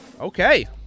Okay